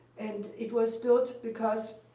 and it was built because